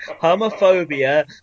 homophobia